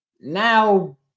Now